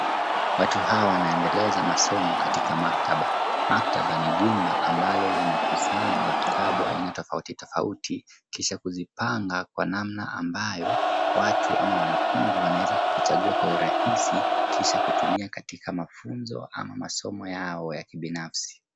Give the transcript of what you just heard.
Watu hawa wanaendeleza masomo katika maktaba . Maktaba ni jumba ambalo linakusanya vitabu aina tofauti tofauti kisha kuzipanga kwa namna ambayo watu ama wanafunzi wanaweza kuvichagua kwa urahisi kisha kutumia katika mafunzo ama masomo yao ya kibinafsi.